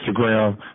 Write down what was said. Instagram